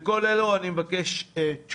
לכל אלו אני מבקש תשובות.